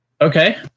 Okay